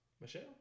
Michelle